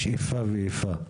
יש איפה ואיפה.